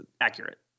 accurate